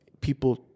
People